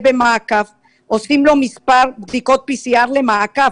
עושים לו מספר בדיקות PCR למעקב,